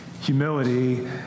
Humility